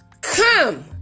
Come